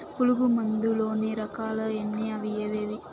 పులుగు మందు లోని రకాల ఎన్ని అవి ఏవి?